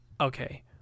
okay